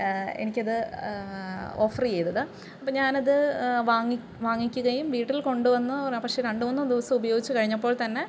എനിക്കത് ഓഫര് ചെയ്തത് അപ്പോള് ഞാനത് വാങ്ങിക്കുകയും വീട്ടിൽ കൊണ്ടു വന്നു പക്ഷേ രണ്ടു മൂന്ന് ദിവസം ഉപയോഗിച്ച് കഴിഞ്ഞപ്പോൾ തന്നെ